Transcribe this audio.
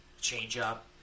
change-up